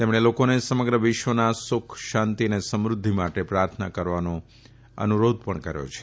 તેમણે લોકોને સમગ્ર વિશ્વના સુખ શાંતી અને સમૃધ્યિ માટે પ્રાર્થના કરવાનો અનુરોધ પણ કર્યો છે